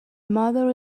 mother